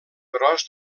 gros